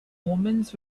omens